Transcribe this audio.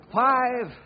five